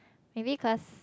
maybe cause